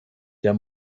der